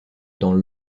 dans